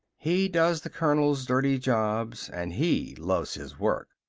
he does the colonel's dirty jobs and he loves his work.